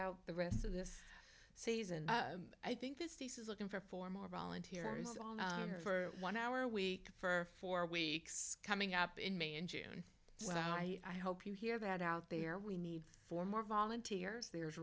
out the rest of this season i think this piece is looking for four more volunteer hours for one hour a week for four weeks coming up in may and june well i hope you hear that out there we need for more volunteers there's